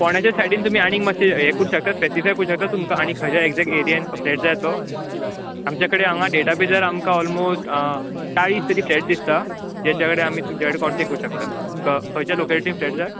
फोंड्याच्या सायडीन तुमी आनी मात्शे यें करू शकता स्पेसीफाय करूंक शकता तुमकां आनी खंय ये एरियेन फ्लॅट जाय तो आमचे कडेन हांगा डेटाबेजार आमकां ओलमोस्ट चाळीस तरी फ्लॅट दिसता जेच्या कडेन आमी तुमचे कडेन कोन्टेक्ट करूंक शकता तुमकां खंयचे लोकेलिटी फ्लॅट जाय